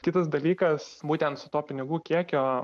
kitas dalykas būtent su tuo pinigų kiekio